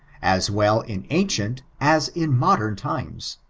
as well in ancient as in modem times,